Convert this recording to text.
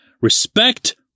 Respect